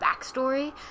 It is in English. backstory